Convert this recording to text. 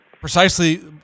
Precisely